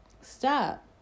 stop